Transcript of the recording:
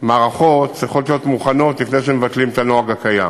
מערכות צריכות להיות מוכנות לפני שמבטלים את הנוהג הקיים.